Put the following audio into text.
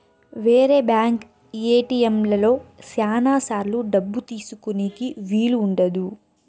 వేరే బ్యాంక్ ఏటిఎంలలో శ్యానా సార్లు డబ్బు తీసుకోనీకి వీలు ఉండదు